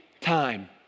time